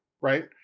right